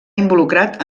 involucrat